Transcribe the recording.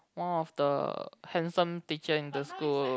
one of the handsome teacher in the school